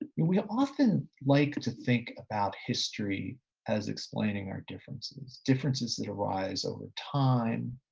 ah we often like to think about history as explaining our differences, differences that arise over time,